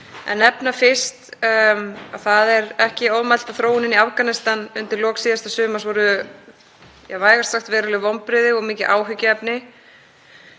nefna það fyrst að ekki er ofmælt að þróunin í Afganistan undir lok síðasta sumars sé vægast sagt veruleg vonbrigði og mikið áhyggjuefni.